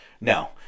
no